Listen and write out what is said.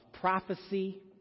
prophecy